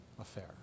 affair